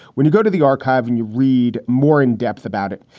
when you go to the archives and you read more in-depth about it,